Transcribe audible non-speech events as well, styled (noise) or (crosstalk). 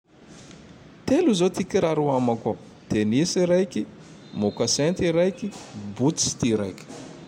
(noise) Telo zao ty kiraro amako ao: (noise) tenisy raiky, (noise) môkasin ty raiky, (noise) boottsy ty raiky. (noise)